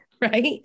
right